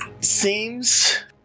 seems